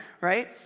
right